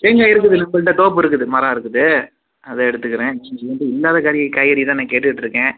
தேங்காய் இருக்குது நம்மள்ட்ட தோப்பு இருக்குது மரம் இருக்குது அதை எடுத்துக்கிறேன் என்ட்ட இல்லாத கறி காய்கறி தான் நான் கேட்டுட்டு இருக்கேன்